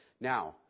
Now